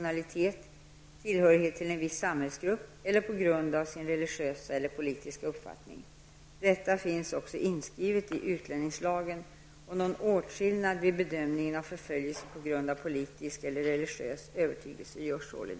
Är det mer motiverat att låta människor förföljda för sin politiska övertygelse få stanna i Sverige än att låta dem som förföljs för sin kristna tro stanna här?